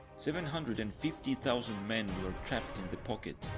seven hundred and fifty thousand men were trapped in the pocket.